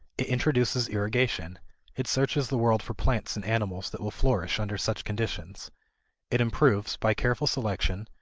it introduces irrigation it searches the world for plants and animals that will flourish under such conditions it improves, by careful selection,